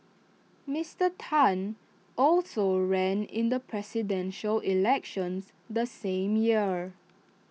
Mister Tan also ran in the Presidential Elections the same year